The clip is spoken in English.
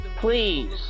Please